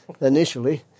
initially